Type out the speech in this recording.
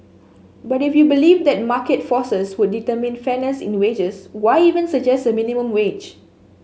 but if you believe that market forces would determine fairness in wages why even suggest a minimum wage